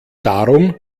darum